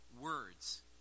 words